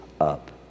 up